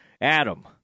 Adam